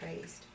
praised